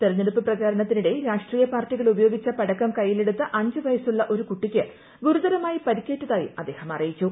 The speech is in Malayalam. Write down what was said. തെരഞ്ഞെടുപ്പ് പ്രചാരണത്തിനിടെ രാഷ്ട്രീയ പാർട്ടികൾ ഉപയോഗിച്ച ് പടക്കം കൈയിലെടുത്ത അഞ്ച് വയസ്സുള്ള ഒരു കുട്ടിക്ക് ഗുരുതരമായി പരിക്കേറ്റതായും അദ്ദേഹം അറിയിച്ചു